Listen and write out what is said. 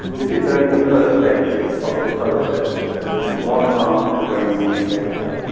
this is only the first stage of the process, this is one part of the brain imaging data.